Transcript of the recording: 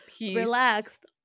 relaxed